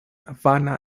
vana